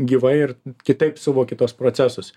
gyvai ir kitaip suvoki tuos procesus